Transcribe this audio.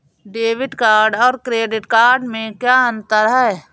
Debit और credit में क्या अंतर है?